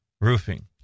Roofing